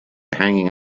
hanging